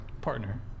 partner